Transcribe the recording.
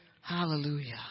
Hallelujah